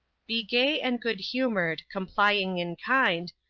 be gay and good-humour'd, complying and kind,